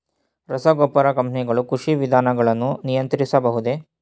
ರಸಗೊಬ್ಬರ ಕಂಪನಿಗಳು ಕೃಷಿ ವಿಧಾನಗಳನ್ನು ನಿಯಂತ್ರಿಸಬಹುದೇ?